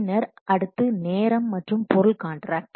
பின்னர் அடுத்து நேரம் மற்றும் பொருள் காண்ட்ராக்ட்